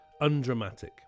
undramatic